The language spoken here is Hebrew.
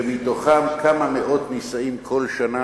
שמתוכם כמה מאות נישאים כל שנה.